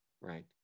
right